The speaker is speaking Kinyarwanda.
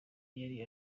yari